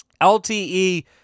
LTE